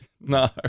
No